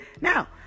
Now